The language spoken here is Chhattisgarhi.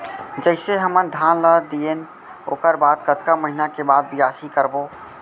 जइसे हमन धान लगा दिएन ओकर बाद कतका महिना के बाद बियासी करबो?